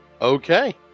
Okay